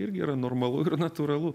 irgi yra normalu ir natūralu